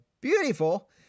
beautiful